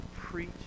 preach